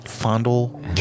fondle